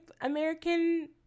American